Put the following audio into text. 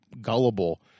gullible